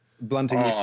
Blunting